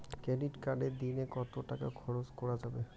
Credit কার্ডে দিনে কত টাকা খরচ করা যাবে?